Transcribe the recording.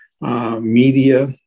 media